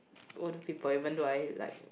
older people even though I like